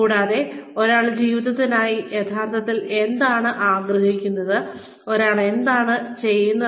കൂടാതെ ഒരാൾ ജീവിതത്തിനായി യഥാർത്ഥത്തിൽ എന്താണ് ആഗ്രഹിക്കുന്നത് ഒരാൾ എന്താണ് ചെയ്യുന്നത്